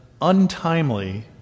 untimely